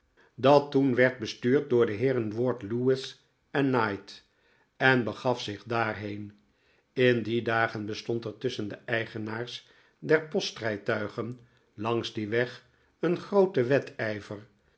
dat toen werd bestuurd door de heeren ward lewis en knight en begaf zich daarheen in die dagen bestond er tusschen de eigenaars der postrijtuigen langs dien weg een grooten wedijver